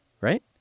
right